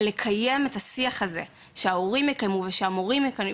שכולם סביבם, ההורים והמורים,